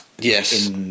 Yes